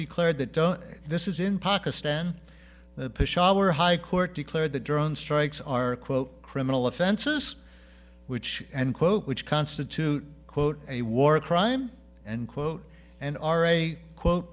declared that don't this is in pakistan the push our high court declared the drone strikes are quote criminal offenses which end quote which constitute quote a war crime and quote and are a quote